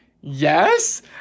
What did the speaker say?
yes